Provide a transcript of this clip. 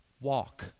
walk